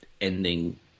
ending